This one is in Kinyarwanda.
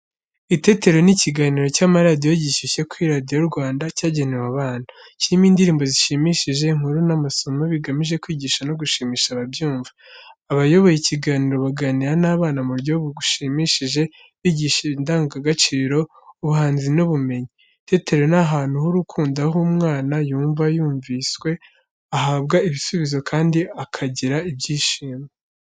Itetero ni ikiganiro cy’amaradiyo gishyushye kuri Radio Rwanda cyagenewe abana. Kirimo indirimbo zishimishije, inkuru n’amasomo bigamije kwigisha no gushimisha ababyumva. Abayoboye ikiganiro baganira n’abana mu buryo bushimishije, bigisha indangagaciro, ubuhanzi n’ubumenyi. Itetero ni ahantu h'urukundo aho umwana yumva yumviswe, ahabwa ibisubizo kandi akagira ibyishimo.